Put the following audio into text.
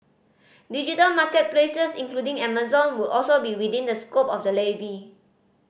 digital market places including Amazon would also be within the scope of the levy